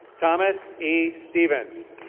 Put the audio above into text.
thomas e stevens.